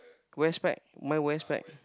wear spec mine wear spec